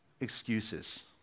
excuses